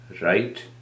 right